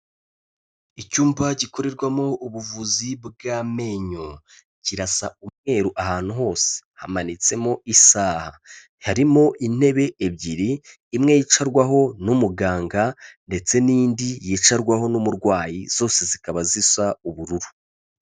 Icyumba gikorerwamo ubuvuzi bw'amenyo. Kirasa umweru ahantu hose. Hamanitsemo isaha. Harimo intebe ebyiri, imwe yicarwaho n'umuganga ndetse n'indi yicarwaho n'umurwayi, zose zikaba zisa ubururu.